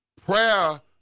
Prayer